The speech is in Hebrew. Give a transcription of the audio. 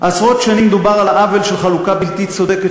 עשרות שנים דובר על העוול של חלוקה בלתי צודקת